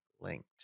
linked